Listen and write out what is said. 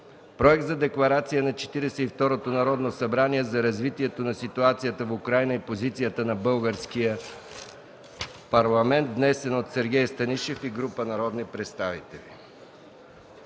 Проект за Декларация на Четиридесет и второто Народно събрание за развитието на ситуацията в Украйна и позицията на Българския парламент, внесен от Сергей Станишев и група народни представители.